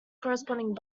corresponding